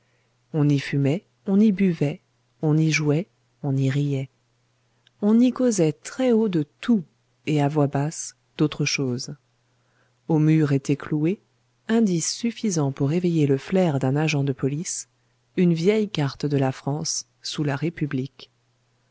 on y fumait on y buvait on y jouait on y riait on y causait très haut de tout et à voix basse d'autre chose au mur était clouée indice suffisant pour éveiller le flair d'un agent de police une vieille carte de la france sous la république